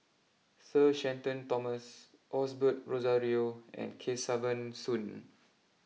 Sir Shenton Thomas Osbert Rozario and Kesavan Soon